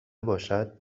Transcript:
باشد